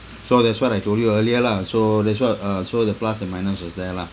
so that's what I told you earlier lah so that's what uh so the plus and minus was there lah